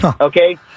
Okay